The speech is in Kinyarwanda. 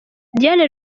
diane